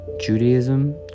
judaism